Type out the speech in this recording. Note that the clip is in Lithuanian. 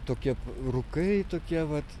tokie rūkai tokie vat